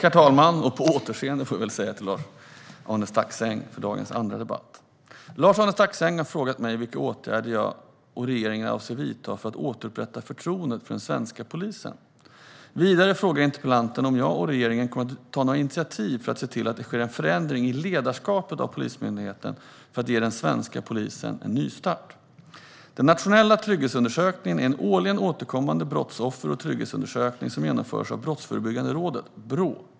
Herr talman! Då ses Lars-Arne Staxäng och jag återigen, för dagens andra debatt. Lars-Arne Staxäng har frågat mig vilka åtgärder jag och regeringen avser att vidta för att återupprätta förtroendet för den svenska polisen. Vidare frågar interpellanten om jag och regeringen kommer att ta några initiativ för att se till att det sker en förändring i ledarskapet av Polismyndigheten, för att ge den svenska polisen en nystart. Nationella trygghetsundersökningen är en årligen återkommande brottsoffer och trygghetsundersökning som genomförs av Brottsförebyggande rådet, Brå.